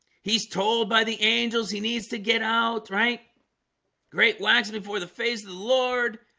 he's told by the angels he needs to get out, right great wax before the face of the lord.